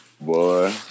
Boy